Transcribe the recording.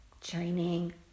Training